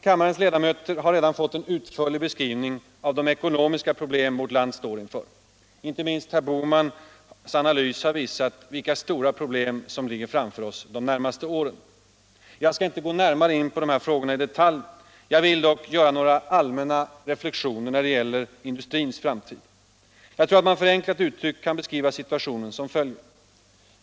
Kammarens ledamöter har redan fån en utförlig beskrivning av de ekonomiska problem vårt land står inför. Inte minst herr Bohmans analys har visat vilka stora problem som ligger framför oss de närmaste åren. Jag skall inte gå in på dessa frågor i detalj. Jag vill dock göra några allmänna reflexioner när det gäller industrins framtid. Jag tror att man förenklat uttryckt kan beskriva situationen på följande sätt.